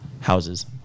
houses